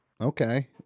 okay